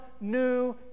new